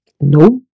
No